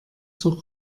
zur